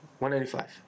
195